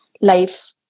life